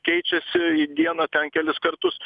keičiasi į dieną ten kelis kartus